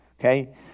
okay